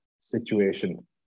situation